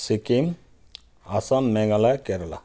Sikkim Assam Meghalaya Kerala